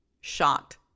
shot